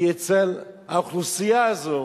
כי אצל האוכלוסייה הזו